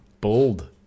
Bold